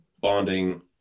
bonding